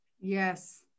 yes